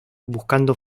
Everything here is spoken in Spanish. buscando